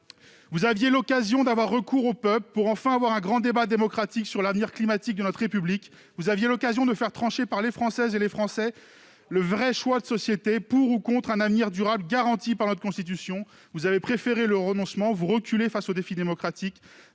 Vous aviez l'occasion d'en appeler au peuple pour engager, enfin, un grand débat démocratique au sujet de l'avenir climatique de notre République. Vous aviez l'occasion de faire trancher par les Françaises et les Français ce vrai choix de société : pour ou contre un avenir durable garanti par notre Constitution. Vous avez préféré le renoncement. Vous reculez face au défi démocratique.